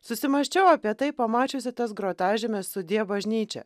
susimąsčiau apie tai pamačiusi tas grotažymes sudie bažnyčia